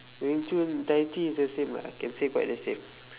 wing chun tai chi is the same ah I can say quite the same